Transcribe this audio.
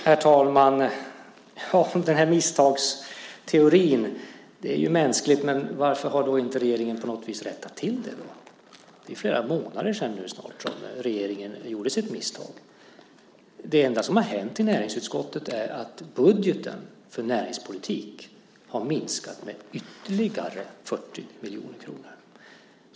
Herr talman! Vad gäller misstagsteorin är det ju mänskligt, men varför har då inte regeringen på något vis rättat till det? Det är snart flera månader sedan regeringen gjorde sitt misstag. Det enda som har hänt i näringsutskottet är att budgeten för näringspolitik har minskat med ytterligare 40 miljoner kronor.